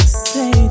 say